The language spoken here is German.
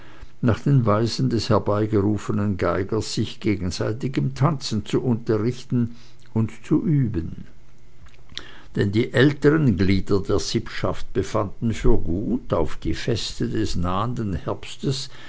nach den weisen des herbeigerufenen geigers sich gegenseitig im tanze zu unterrichten und zu üben denn die älteren glieder der sippschaft befanden für gut auf die feste des nahenden herbstes